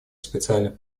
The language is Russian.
специальных